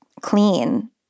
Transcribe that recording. clean